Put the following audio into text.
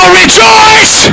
rejoice